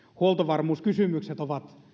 huoltovarmuuskysymykset ovat